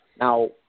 Now